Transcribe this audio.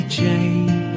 change